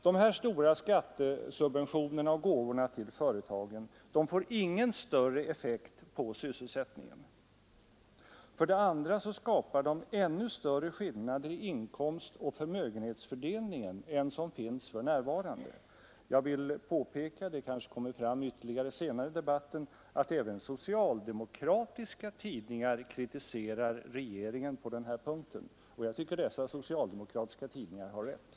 De stora skattesubventionerna och gåvorna till företagen får för det första ingen större effekt på sysselsättningen. För det andra skapar de ännu större skillnader i inkomstoch förmögenhetsfördelningen än som finns för närvarande. Jag vill påpeka — det kanske kommer fram ytterligare senare under debatten — att även socialdemokratiska tidningar kritiserar regeringen på den här punkten, och jag tycker dessa tidningar har rätt.